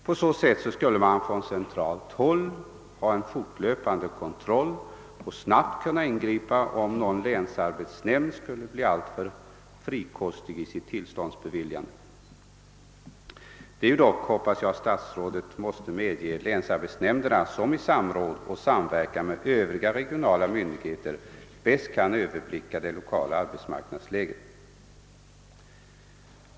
På så sätt skulle man från centralt håll ha en fortlöpande kontroll och snabbt kunna ingripa om någon länsarbetsnämnd skulle bli alltför frikostig i sitt tillståndsbeviljande. Statsrådet måste dock medge att det är länsarbetsnämnderna som i samverkan med övriga regionala myndigheter bäst kan överblicka det lokala arbetsmarknadsläget.